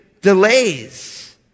delays